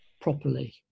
properly